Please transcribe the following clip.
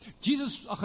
Jesus